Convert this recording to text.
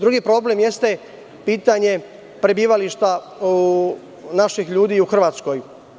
Drugi problem jeste pitanje prebivališta naših ljudi u Hrvatskoj.